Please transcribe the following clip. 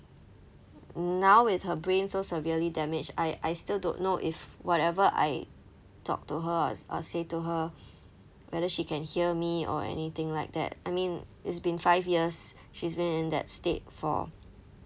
now with her brain so severely damaged I I still don't know if whatever I talk to her I I'll say to her whether she can hear me or anything like that I mean it's been five years she's been in that state for